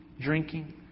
drinking